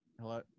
hello